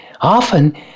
Often